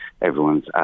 everyone's